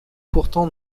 pourtant